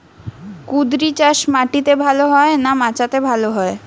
কুঁদরি চাষ মাটিতে ভালো হয় না মাচাতে ভালো হয়?